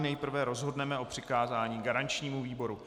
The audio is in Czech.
Nejprve rozhodneme o přikázání garančnímu výboru.